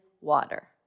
water